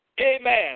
Amen